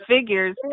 figures